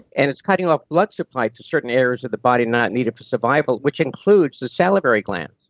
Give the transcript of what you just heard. and it's cutting off blood supply to certain areas of the body not needed for survival, which includes the salivary glands.